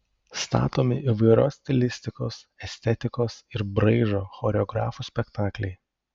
statomi įvairios stilistikos estetikos ir braižo choreografų spektakliai